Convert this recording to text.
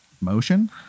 motion